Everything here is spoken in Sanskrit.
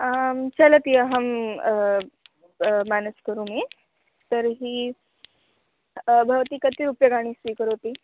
आं चलति अहं मेनेज् करोमि तर्हि भवती कति रूप्यकाणि स्वीकरोति